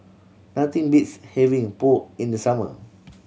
nothing beats having Pho in the summer